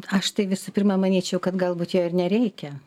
aš tai visų pirma manyčiau kad galbūt jo ir nereikia